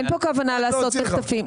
אין פה כוונה לעשות מחטפים.